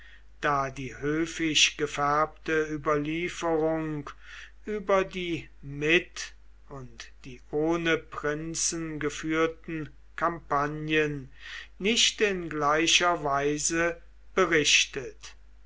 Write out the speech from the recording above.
da die höfisch gefärbte überlieferung über die mit und die ohne prinzen geführten kampagnen nicht in gleicher weise berichtet